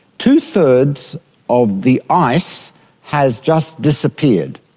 two-thirds of the ice has just disappeared.